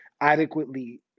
adequately